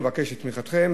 ומבקש את תמיכתכם,